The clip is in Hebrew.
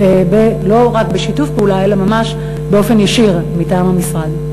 לא רק בשיתוף פעולה אלא ממש באופן ישיר מטעם המשרד.